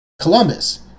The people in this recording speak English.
Columbus